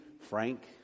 Frank